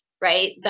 right